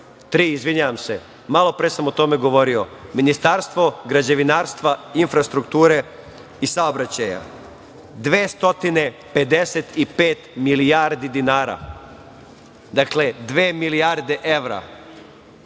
ne zaboravim, malopre sam o tome govorio, Ministarstvo građevinarstva, infrastrukture i saobraćaja 255 milijardi dinara. Dakle, dve milijarde evra